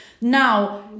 Now